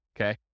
Okay